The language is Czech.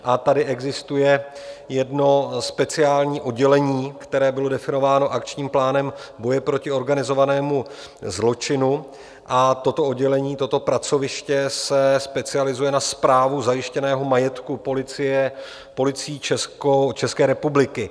A tady existuje jedno speciální oddělení, které bylo definováno akčním plánem boje proti organizovanému zločinu, a toto oddělení, toto pracoviště se specializuje na správu zajištěného majetku policie Policií České republiky.